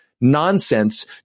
Nonsense